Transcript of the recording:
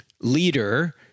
leader